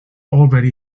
already